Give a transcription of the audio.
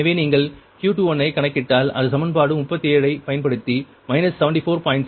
எனவே நீங்கள் Q21 ஐ கணக்கிட்டால் அது சமன்பாடு 37 ஐப் பயன்படுத்தி 74